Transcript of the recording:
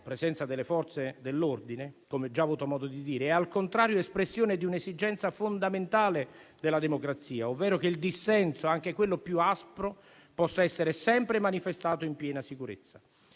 presenza delle Forze dell'ordine - come già ho avuto modo di dire - è al contrario espressione di un'esigenza fondamentale della democrazia, ovvero che il dissenso, anche quello più aspro, possa essere sempre manifestato in piena sicurezza.